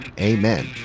Amen